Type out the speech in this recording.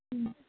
ம்